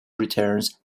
returns